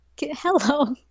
Hello